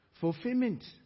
fulfillment